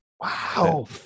wow